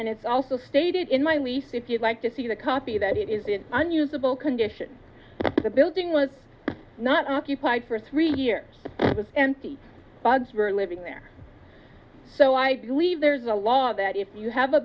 and it's also stated in my lease if you'd like to see the copy that it is in unusable condition the building was not occupied for three years and the bugs were living there so i believe there's a law that if you have a